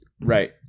Right